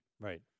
Right